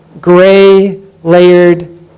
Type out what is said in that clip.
gray-layered